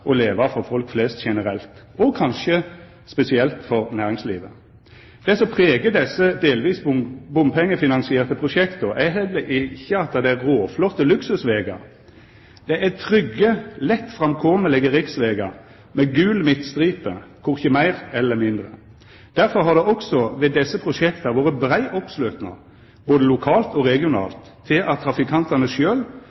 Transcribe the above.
å leva for folk flest generelt og kanskje spesielt for næringslivet. Det som pregar desse delvis bompengefinansierte prosjekta, er heller ikkje at det er råflotte luksusvegar. Det er trygge, lett framkomelege riksvegar med gul midtstripe, korkje meir eller mindre. Derfor har det også ved desse prosjekta vore brei oppslutnad både lokalt og